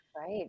Right